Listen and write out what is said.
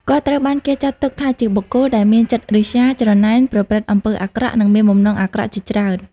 គាត់ត្រូវបានគេចាត់ទុកថាជាបុគ្គលដែលមានចិត្តឫស្យា ច្រណែន ប្រព្រឹត្តអំពើអាក្រក់ និងមានបំណងអាក្រក់ជាច្រើន។